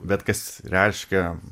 bet kas reiškia